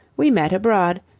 we met abroad.